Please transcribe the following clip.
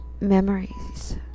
Memories